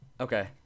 Okay